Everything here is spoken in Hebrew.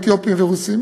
אתיופים ורוסים,